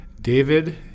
David